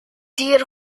دیر